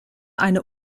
eine